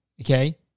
Okay